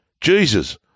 Jesus